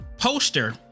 poster